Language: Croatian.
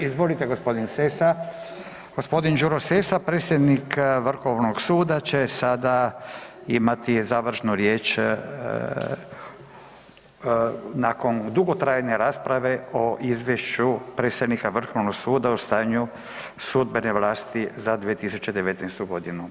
Izvolite gospodin Sessa, gospodin Đuro Sessa predsjednik Vrhovnog suda će sada imati završnu riječ nakon dugotrajne rasprave o Izvješću predsjednika Vrhovnog suda o stanju sudbene vlasti za 2019. godinu.